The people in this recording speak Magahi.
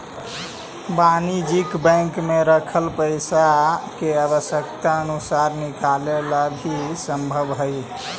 वाणिज्यिक बैंक में रखल पइसा के आवश्यकता अनुसार निकाले ला भी संभव हइ